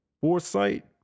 Foresight